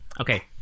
Okay